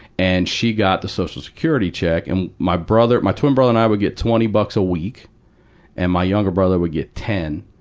and she got the social security check, and my brother my twin brother and i would get twenty dollars a week and my younger brother would get ten.